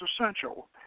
essential